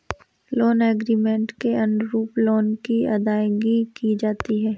loan agreement के अनुरूप loan की अदायगी की जाती है